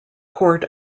court